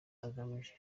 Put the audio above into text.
agamije